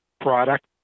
product